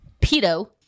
pedo